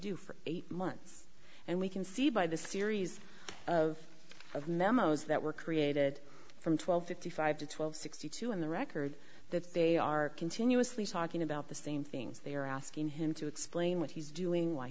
do for eight months and we can see by the series of memos that were created from twelve fifty five to twelve sixty two in the record that they are continuously talking about the same things they are asking him to explain what he's doing why